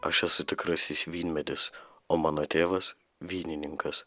aš esu tikrasis vynmedis o mano tėvas vynininkas